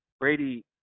Brady